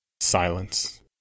Silence